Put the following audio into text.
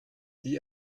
die